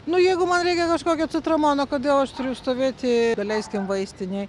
nu jeigu man reikia kažkokio citramono kodėl aš turiu stovėti leiskim vaistinėj